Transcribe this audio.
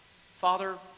Father